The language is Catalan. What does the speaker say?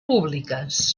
públiques